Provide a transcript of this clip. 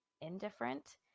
indifferent